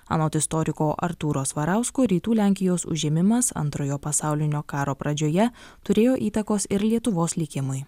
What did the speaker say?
anot istoriko artūro svarausko rytų lenkijos užėmimas antrojo pasaulinio karo pradžioje turėjo įtakos ir lietuvos likimui